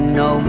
no